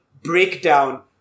breakdown